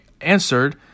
answered